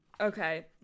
okay